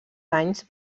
anys